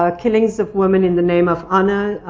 ah killings of women in the name of honor.